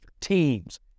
teams